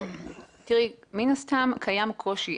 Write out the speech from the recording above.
מן הסתם קיים קושי.